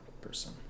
person